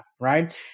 right